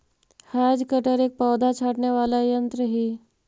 hedge cutter एक पौधा छाँटने वाला यन्त्र ही